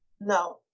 no